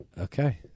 Okay